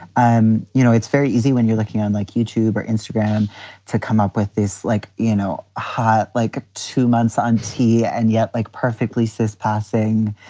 you know, it's very easy when you're looking on like youtube or instagram to come up with this like, you know, hot like two months on t. and yet, like, perfectly so this passing